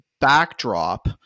backdrop